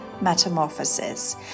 Metamorphosis